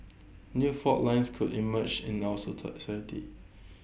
new fault lines could emerge in our society